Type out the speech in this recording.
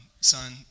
son